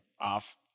off